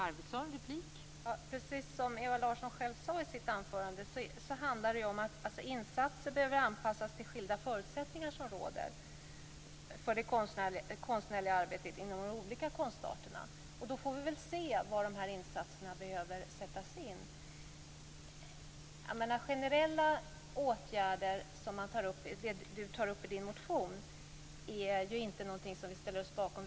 Fru talman! Precis som Ewa Larsson själv sade i sitt anförande handlar det om att insatser behöver anpassas till de skilda förutsättningar som råder för det konstnärliga arbetet inom de olika konstarterna. Vi får väl se var de insatserna behöver sättas in. Ewa Larsson tar i sin motion upp generella åtgärder. Det är inte någonting som vi ställer oss bakom.